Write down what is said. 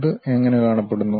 ഇത് എങ്ങനെ കാണപ്പെടുന്നു